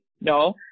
No